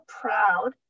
proud